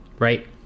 Right